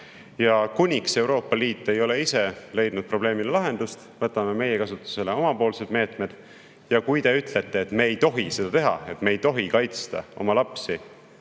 Kuniks Euroopa Liit ei ole ise leidnud probleemile lahendust, võtame meie kasutusele oma meetmed. Ja kui te ütlete, et me ei tohi seda teha, et me ei tohi kaitsta oma lapsi